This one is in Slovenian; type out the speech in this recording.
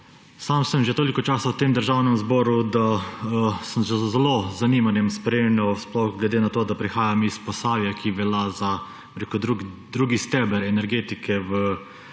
Sam sem že toliko časa v Državnem zboru, da sem zelo z zanimanjem spremljal, sploh glede na to, da prihajam iz Posavja, ki velja za drugi steber energetike v